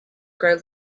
grow